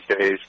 days